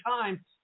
time